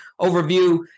overview